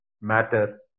matter